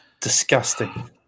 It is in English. Disgusting